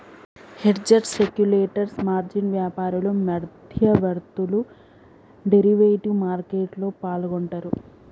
hedgers, speculators, margin వ్యాపారులు, మధ్యవర్తులు derivative మార్కెట్లో పాల్గొంటరు